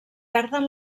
perden